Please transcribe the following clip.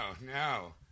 no